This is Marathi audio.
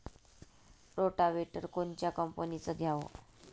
रोटावेटर कोनच्या कंपनीचं घ्यावं?